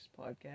podcast